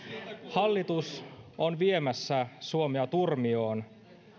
hallitus on viemässä suomea turmioon